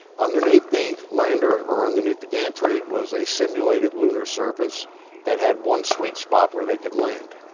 underneath the lander, or underneath the gantry, was a simulated lunar surface that had one sweet spot where they could land,